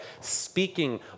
Speaking